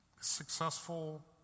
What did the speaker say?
successful